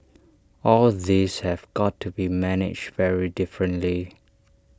all these have got to be managed very differently